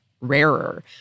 rarer